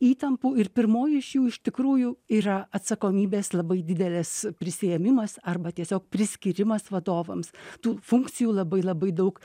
įtampų ir pirmoji iš jų iš tikrųjų yra atsakomybės labai didelis prisiėmimas arba tiesiog priskyrimas vadovams tų funkcijų labai labai daug